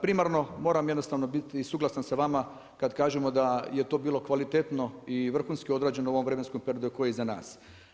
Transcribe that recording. Primarno moram jednostavno biti suglasan sa vama kad kažemo da je to bilo kvalitetno i vrhunski odrađeno u ovom vremenskom periodu koji je iza nas.